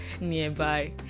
nearby